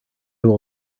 will